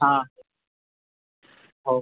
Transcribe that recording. हां हो